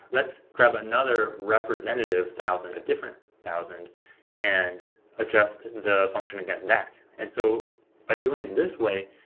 let's grab another representative thousand, a different thousand and adjust the function against that. and so by doing it this way,